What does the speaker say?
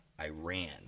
Iran